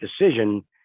decision